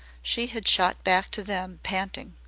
she had shot back to them, panting.